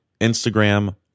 Instagram